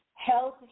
health